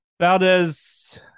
Valdez